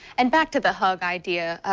and back to the hug idea.